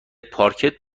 پارکر